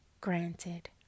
granted